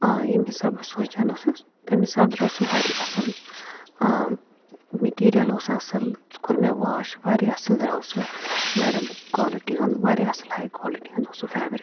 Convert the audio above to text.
ٲں ییٚمہِ حِساب بہٕ سونٛچان ٲسٕس تَمہِ حِساب درٛاو سُہ وارِ یاہ اصٕل ٲں مِٹیٖریَل اوٗس اصٕل سُہ کوٚر مےٚ واش وارِیاہ اصٕل درٛاو سُہ نَرٕم کوالٹی ہُنٛد وارِیاہ اصٕل ہاے کوالٹی ہُنٛد اوٗس سُہ فیبرِک